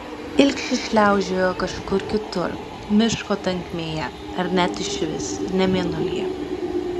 ilgšis šliaužiojo kažkur kitur miško tankmėje ar net išvis ne mėnulyje